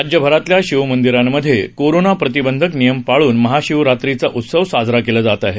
राज्यभरातल्या शिवमंदिरांमधे कोरोना प्रतिबंधक नियम पाळून महाशिवरात्रीचा उत्सव साजरा केला जात आहे